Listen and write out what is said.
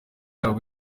yabo